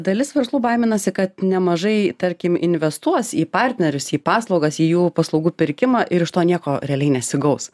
dalis verslų baiminasi kad nemažai tarkim investuos į partnerius į paslaugas į jų paslaugų pirkimą ir iš to nieko realiai nesigaus